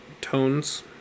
tones